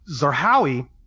Zarhawi